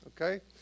Okay